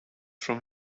from